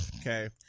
okay